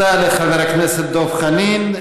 תודה לחבר הכנסת דב חנין.